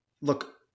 look